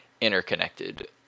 interconnected